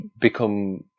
become